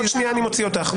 עוד שנייה אני מוציא אותך.